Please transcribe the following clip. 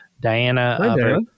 Diana